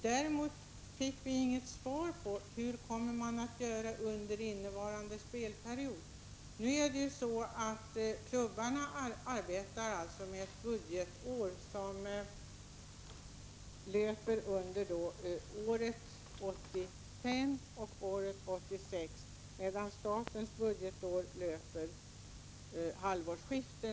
Däremot fick vi inget svar på hur man kommer att göra under innevarande spelperiod. Klubbarna arbetar med ett budgetår som löper efter kalenderår, medan statens budgetår börjar och slutar vid halvårsskifte.